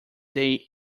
they